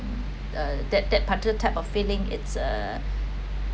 uh that that particular type of feeling it's a